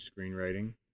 screenwriting